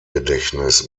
gedächtnis